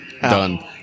Done